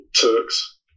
Turks